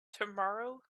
tomorrow